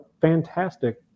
fantastic